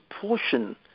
portion